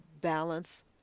balance